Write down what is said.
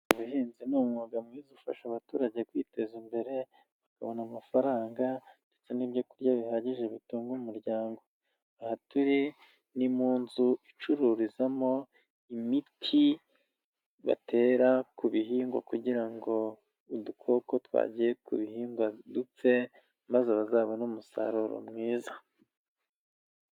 Ubuhinzi ni umwuga mwiza ufasha abaturage kwiteza imbere, bakabona amafaranga ndetse n'ibyo kurya bihagije bitunga umuryango, aha turi ni mu nzu icururizamo imiti batera ku bihingwa, kugira ngo udukoko twagiye ku bihingwa dupfe maze bazabone umusaruro mwiza.